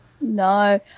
no